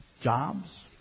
Jobs